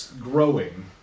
growing